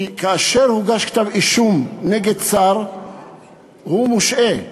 כי כאשר הוגש כתב-אישום נגד שר הוא מושעה,